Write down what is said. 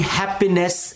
happiness